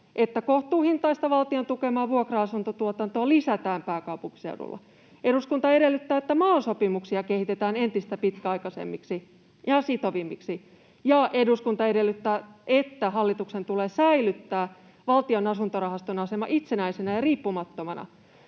kohtuuhintaista valtion tukemaa vuokra-asuntotuotantoa lisätään pääkaupunkiseudulla ja että eduskunta edellyttää, että MAL-sopimuksia kehitetään entistä pitkäaikaisemmiksi ja sitovammiksi, ja eduskunta edellyttää, että hallituksen tulee säilyttää Valtion asuntorahaston asema itsenäisenä ja riippumattomana.